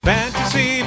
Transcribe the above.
fantasy